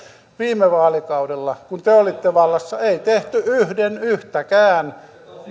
viime vaalikaudella kun te olitte vallassa ei tehty yhden yhtäkään